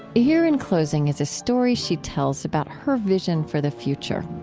here in closing is a story she tells about her vision for the future